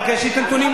יש לי הנתונים.